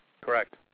Correct